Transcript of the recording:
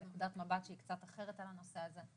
נקודת מבט שהיא קצת אחרת על הנושא הזה.